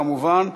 כמובן.